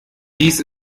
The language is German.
dies